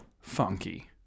funky